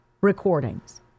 recordings